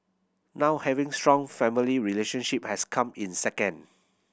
now having strong family relationship has come in second